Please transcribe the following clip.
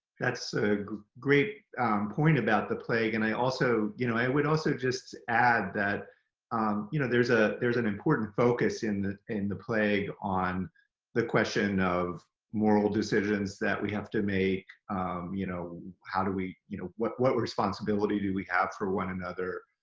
that's a great point about the plague and i also you know, i would also just add that um you know there's ah there's an important focus in the in the plague on the question of moral decisions that we have to make you know, how do we you know, what what responsibilities do we have for one another?